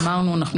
אמרנו שאנחנו